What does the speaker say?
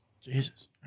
Jesus